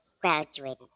graduated